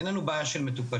אין לנו בעיה של מטופלים,